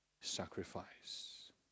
sacrifice